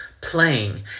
playing